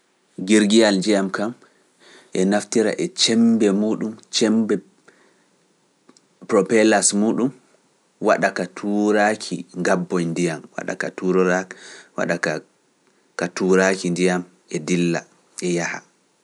Ɗumfataa, ƴirgiyaal nji’am kam e naftira e cembe muuɗum, cembe propelas muuɗum waɗa ka tuuraaki gabbo e ndiyam, waɗa ka tuuraaki ndiyam e dilla e yaha.